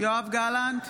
יואב גלנט,